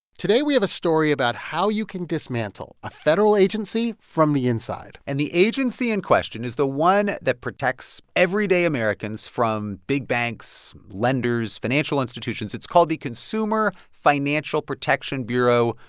today, we have a story about how you can dismantle a federal agency from the inside and the agency in question is the one that protects everyday americans from big banks, lenders, financial institutions. it's called the consumer financial protection bureau,